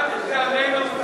גם וגם צחוק,